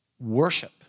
Worship